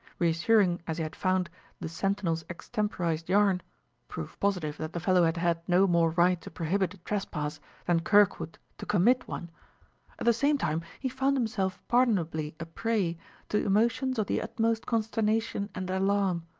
reassuring as he had found the sentinel's extemporized yarn proof positive that the fellow had had no more right to prohibit a trespass than kirkwood to commit one at the same time he found himself pardonably a prey to emotions of the utmost consternation and alarm.